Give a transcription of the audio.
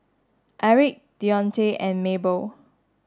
Erick Dionte and Mabel